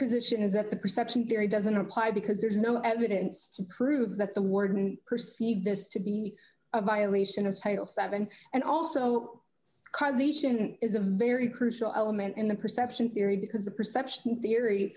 position is that the perception theory doesn't apply because there is no evidence to prove that the warden perceive this to be a violation of title seven and also because agent is a very crucial element in the perception theory